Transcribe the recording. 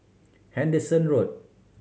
Henderson Road